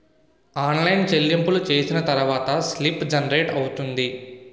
online చెల్లింపులు చేసిన తర్వాత స్లిప్ జనరేట్ అవుతుంది